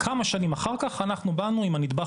כמה שנים אחר כך אנחנו באנו עם הנדבך